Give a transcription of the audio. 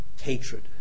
hatred